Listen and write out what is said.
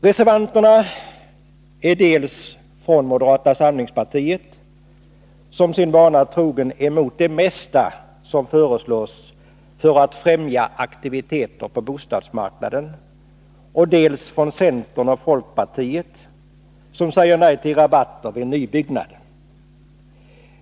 Reservationerna är dels från moderata samlingspartiet, som sin vana trogen är mot det mesta som föreslås för att främja aktiviteter på bostadsmarknaden, dels från centern och folkpartiet som säger nej till rabatter när det gäller nybyggnader.